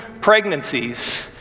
pregnancies